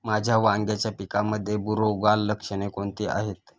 माझ्या वांग्याच्या पिकामध्ये बुरोगाल लक्षणे कोणती आहेत?